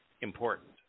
important